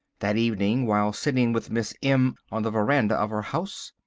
that evening, while sitting with miss m on the verandah of her house,